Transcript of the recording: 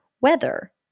weather